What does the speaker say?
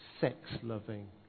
sex-loving